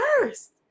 first